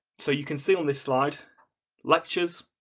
so, you can see on this slide lectures,